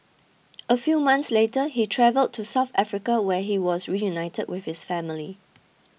a few months later he travelled to South Africa where he was reunited with his family